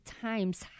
times